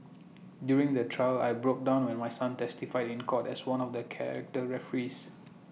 during the trial I broke down when my son testified in court as one of the character referees